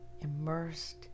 immersed